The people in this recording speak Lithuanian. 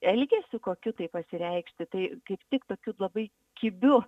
elgesiu kokiu tai pasireikšti tai kaip tik tokiu labai kibiu